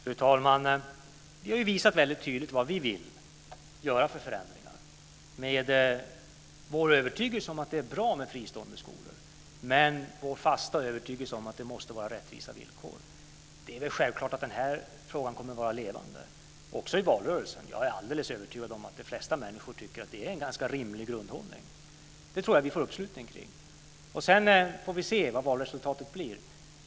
Fru talman! Vi har visat väldigt tydligt vilka förändringar vi vill göra. Det är vår övertygelse att det är bra med fristående skolor, men det är också vår fasta övertygelse att villkoren måste vara rättvisa. Jag är alldeles övertygad om att de flesta människor tycker att det är en ganska rimlig grundhållning, och jag tror att vi får uppslutning kring den. Den här frågan kommer självklart att vara levande också i valrörelsen. Sedan får vi se vad valresultatet blir.